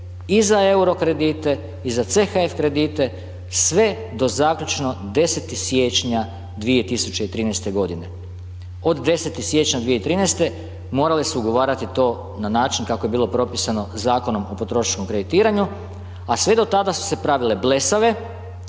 i za euro kredite i za CHF kredite, sve do zaključno 10. siječnja 2013. g. Od 10. siječnja 2013. morale su ugovarati to na način kako je bilo propisano Zakonom o potrošačkom kreditiranju, a sve do tada su se pravile blesave,